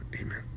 amen